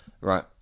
Right